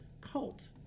cult